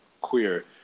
queer